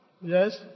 Yes